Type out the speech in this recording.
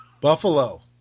Buffalo